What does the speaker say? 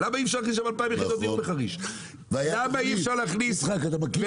למה אי אפשר להכניס שם 2,000 יחידות דיור בחריש?